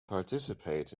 participate